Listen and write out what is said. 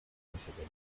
michigan